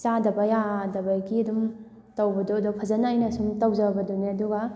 ꯆꯥꯗꯕ ꯌꯥꯗꯕꯒꯤ ꯑꯗꯨꯝ ꯇꯧꯕꯗꯣ ꯑꯗꯣ ꯐꯖꯅ ꯑꯩꯅ ꯁꯨꯝ ꯇꯧꯖꯕꯗꯨꯅꯦ ꯑꯗꯨꯒ